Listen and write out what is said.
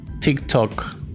TikTok